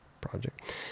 project